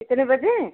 कितने बजे